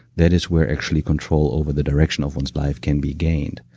that is where actually control over the direction of one's life can be gained.